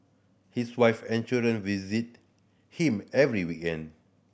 his wife and children visit him every weekend